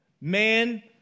man